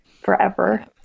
forever